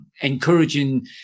encouraging